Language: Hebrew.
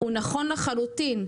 הוא נכון לחלוטין.